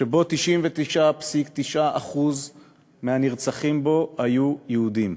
שבו 99.9% מהנרצחים היו יהודים.